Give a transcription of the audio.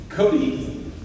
Cody